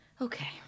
okay